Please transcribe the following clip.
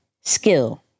skill